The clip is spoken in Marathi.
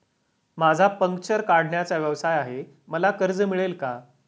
माझा पंक्चर काढण्याचा व्यवसाय आहे मला कर्ज मिळेल का?